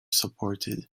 supported